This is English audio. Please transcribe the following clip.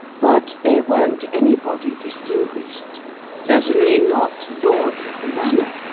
but they weren't anybody distinguished certainly not lords of the manor,